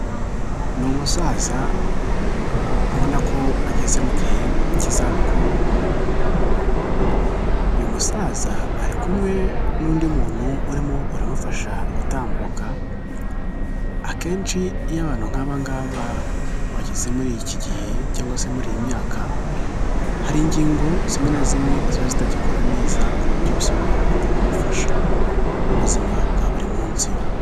Ni umusaza ubona ko ageze mu gihe cy'izabukuru, uyu musaza ari kumwe n'undi muntu urimo uramufasha gutambuka, akenshi iyo abantu nk'aba ngaba bageze muri iki gihe cyangwa se muri iyi myaka, hari ingingo zimwe na zimwe ziba zitagikora neza ku buryo bisaba abantu babafasha mu ubuzima bwa buri munsi.